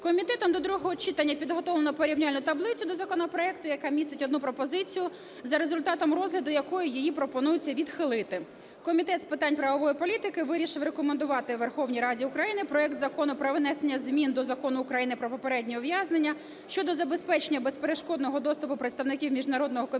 Комітет до другого читання підготовлено порівняльну таблицю до законопроекту, яка містить одну пропозицію, за результатом розгляду якої її пропонується відхилити. Комітет з питань правової політики вирішив рекомендувати Верховній Раді України проект Закону про внесення змін до Закону України "Про попереднє ув'язнення" щодо забезпечення безперешкодного доступу представників Міжнародного Комітету